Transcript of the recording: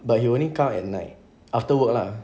but he only come at night after work lah